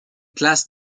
classes